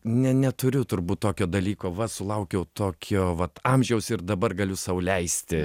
ne neturiu turbūt tokio dalyko va sulaukiau tokio vat amžiaus ir dabar galiu sau leisti